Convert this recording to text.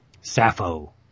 Sappho